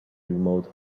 remote